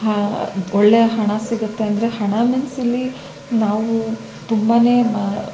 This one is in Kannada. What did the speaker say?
ಹ ಒಳ್ಳೆ ಹಣ ಸಿಗುತ್ತೆ ಅಂದರೆ ಹಣ ಮೀನ್ಸ್ ಇಲ್ಲಿ ನಾವು ತುಂಬನೇ ಮ